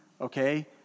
okay